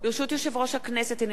הנני מתכבדת להודיעכם,